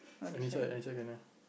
any any can ah